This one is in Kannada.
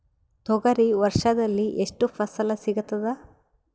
ತೊಗರಿ ವರ್ಷದಲ್ಲಿ ಎಷ್ಟು ಫಸಲ ಸಿಗತದ?